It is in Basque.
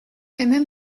hemen